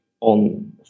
on